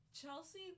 Chelsea